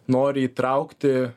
nori įtraukti